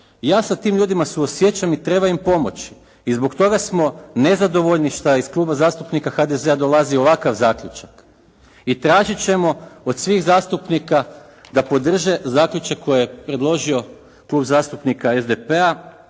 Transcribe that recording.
Ja sa tim ljudima suosjećam i treba im pomoći i zbog toga smo nezadovoljni što je iz Kluba zastupnika HDZ-a dolazi ovakav zaključak i tražit ćemo od svih zastupnika da podrže zaključak koji je predložio Klub zastupnika SDP-a,